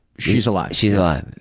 she's alive. she's alive. yeah